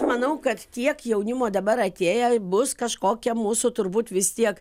manau kad tiek jaunimo dabar atėję bus kažkokia mūsų turbūt vis tiek